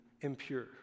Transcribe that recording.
impure